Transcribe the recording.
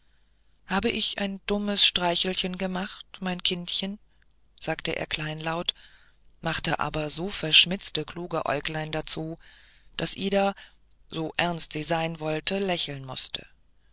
habe ich ein dummes streichelchen gemacht mein kindchen fragte er kleinlaut machte aber so verschmitzte kluge äuglein dazu daß ida so ernst sie sein wollte lächeln mußte